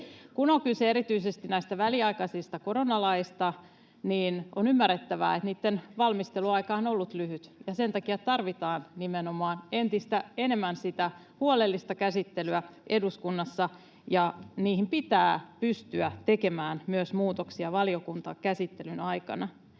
Kun on kyse erityisesti näistä väliaikaisista koronalaeista, niin on ymmärrettävää, että niitten valmisteluaika on ollut lyhyt, ja nimenomaan sen takia tarvitaan entistä enemmän sitä huolellista käsittelyä eduskunnassa ja niihin pitää pystyä tekemään myös muutoksia valiokuntakäsittelyn aikana.